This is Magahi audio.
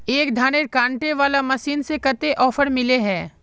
एक धानेर कांटे वाला मशीन में कते ऑफर मिले है?